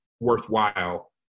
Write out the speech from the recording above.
worthwhile